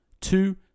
Two